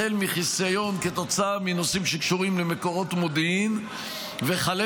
החל מחיסיון כתוצאה מנושאים שקשורים למקורות מודיעין וכלה